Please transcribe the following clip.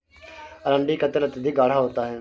अरंडी का तेल अत्यधिक गाढ़ा होता है